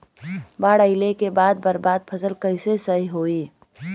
बाढ़ आइला के बाद बर्बाद फसल कैसे सही होयी?